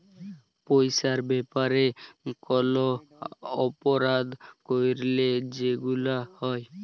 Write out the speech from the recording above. পইসার ব্যাপারে কল অপরাধ ক্যইরলে যেগুলা হ্যয়